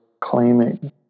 claiming